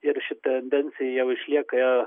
ir ši tendencija jau išlieka